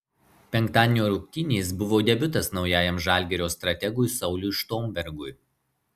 penktadienio rungtynės buvo debiutas naujajam žalgirio strategui sauliui štombergui